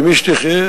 ואמי שתחיה,